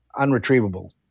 unretrievable